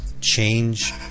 change